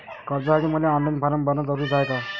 कर्जासाठी मले online form भरन जरुरीच हाय का?